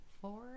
four